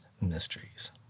mysteries